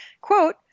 quote